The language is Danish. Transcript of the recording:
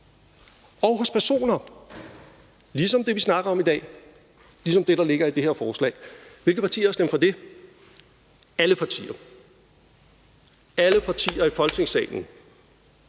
og hos personer, ligesom det, vi snakker om i dag, ligesom det, der ligger i det her forslag. Hvilke partier har stemt for det? Alle partier i Folketingssalen!